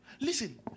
Listen